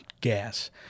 gas